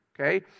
Okay